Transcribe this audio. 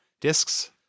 discs